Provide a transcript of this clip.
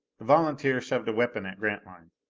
the volunteer shoved a weapon at grantline.